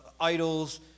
idols